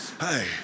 Hey